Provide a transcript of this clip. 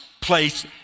place